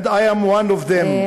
and I am one of them,